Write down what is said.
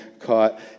Caught